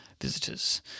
visitors